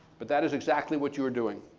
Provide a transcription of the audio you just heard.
but that is exactly what you are doing.